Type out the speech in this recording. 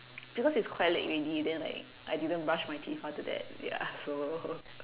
because it's quite late already then like I didn't brush my teeth after that ya so